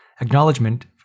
acknowledgement